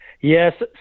Yes